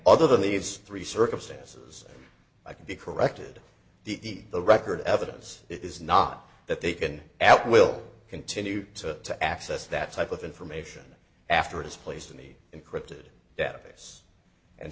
other than leaves three circumstances i could be corrected the record evidence is not that they can at will continue to access that type of information after it is placed in the encrypted